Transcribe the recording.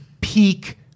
peak